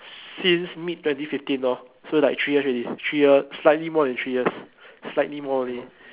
since mid twenty fifteen lor so like three years already three years slightly more than three years slightly more only